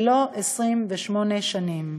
ולא 28 שנים.